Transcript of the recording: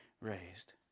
raised